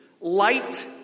light